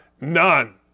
none